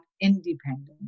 independent